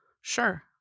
Sure